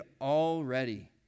already